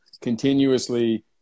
continuously